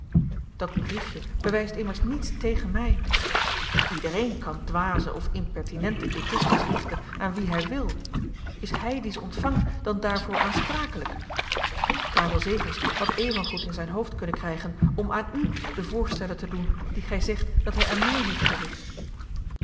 dat briefje bewijst immers niets tegen mij iedereen kan dwaze of impertinente epistels richten aan wien hij wil is hij die ze ontvangt dan daarvoor aansprakelijk karel zegers had evengoed in zijn hoofd kunnen krijgen om aan u de voorstellen te doen die gij zegt dat hij aan mij heeft gericht